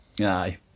Aye